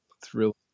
thrill